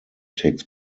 takes